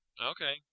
Okay